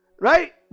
Right